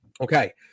okay